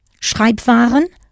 Schreibwaren